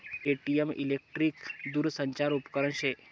ATM electric दूरसंचार उपकरन शे